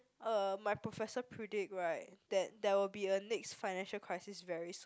uh my professor predict right that there will be a next financial crisis very soon